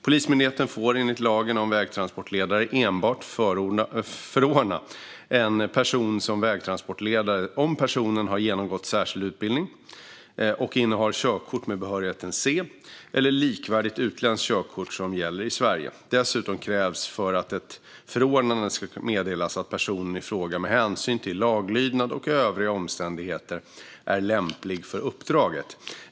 Polismyndigheten får enligt lagen om vägtransportledare enbart förordna en person som vägtransportledare om personen har genomgått särskild utbildning och innehar körkort med behörigheten C eller likvärdigt utländskt körkort som gäller i Sverige. Dessutom krävs för att ett förordnande ska meddelas att personen i fråga med hänsyn till laglydnad och övriga omständigheter är lämplig för uppdraget.